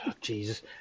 Jesus